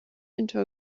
into